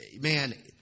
man